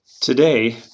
Today